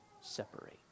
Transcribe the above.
separate